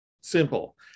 Simple